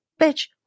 bitch